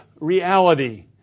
reality